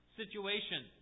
situation